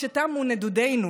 כשתמו נדודינו,